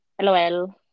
LOL